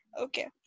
Okay